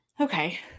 Okay